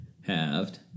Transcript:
halved